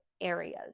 areas